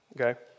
okay